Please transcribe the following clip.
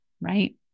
right